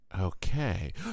Okay